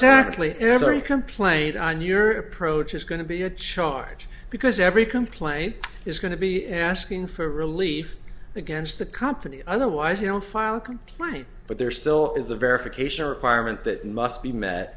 exactly every complaint on your approach is going to be a charge because every complaint is going to be asking for relief against the company otherwise you don't file a complaint but there still is the verification requirement that must be met